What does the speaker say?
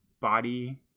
body